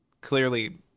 Clearly